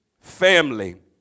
family